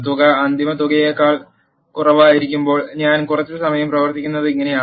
തുക അന്തിമ തുകയേക്കാൾ കുറവായിരിക്കുമ്പോൾ ഞാൻ കുറച്ച് സമയം പ്രവർത്തിക്കുന്നത് ഇങ്ങനെയാണ്